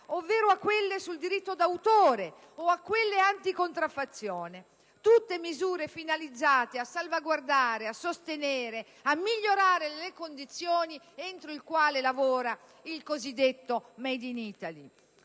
ovvero a quelle sul diritto d'autore o a quelle anticontraffazione. Tutte misure finalizzate a salvaguardare, a sostenere e a migliorare le condizioni entro le quali lavora il cosiddetto *made in Italy*.